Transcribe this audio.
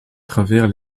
travers